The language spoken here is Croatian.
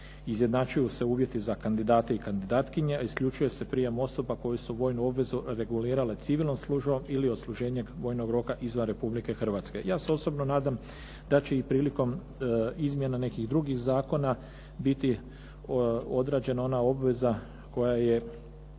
izjednačuju se uvjeti za kandidate i kandidatkinje a isključuje se prijem osoba koje su vojnu obvezu regulirale civilnom službom ili odsluženje vojnog roka izvan Republike Hrvatske. Ja se osobno nadam da će i prilikom izmjena nekih drugih zakona biti odrađena ona obveza koja je